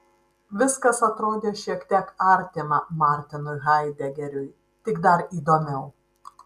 viskas atrodė šiek tiek artima martinui haidegeriui tik dar įdomiau